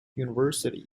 university